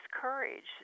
courage